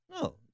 no